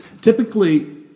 Typically